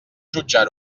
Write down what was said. jutjar